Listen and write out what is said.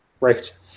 Right